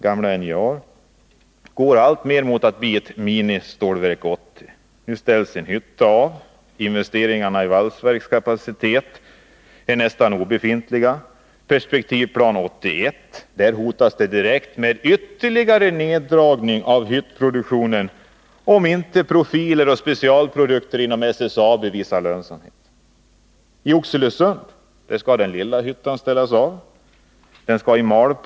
Gamla NJA i Luleå utvecklas alltmer i riktning mot ett Ministålverk 80. Nu ställs en hytta av. Investeringarna i valsverkskapacitet är nästan obefintliga. I Perspektivplan 81 hotas det direkt med ytterligare neddragning av hyttans produktion, om inte profiler och specialprodukter inom SSAB visar lönsamhet. IT Oxelösund skall den lilla hyttan ställas av. Den skall läggas i malpåse.